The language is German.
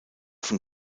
von